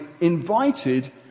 invited